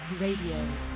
Radio